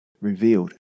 revealed